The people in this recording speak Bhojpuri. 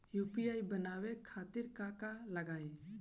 यू.पी.आई बनावे खातिर का का लगाई?